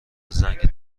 زنگ